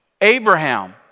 Abraham